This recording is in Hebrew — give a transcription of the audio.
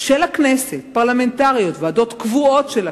של הכנסת, פרלמנטריות, ועדות קבועות של הכנסת,